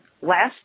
last